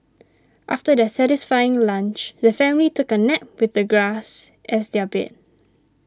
after their satisfying lunch the family took a nap with the grass as their bed